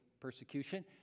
persecution